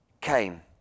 came